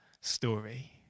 story